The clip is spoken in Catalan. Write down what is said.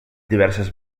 diverses